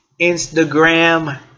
Instagram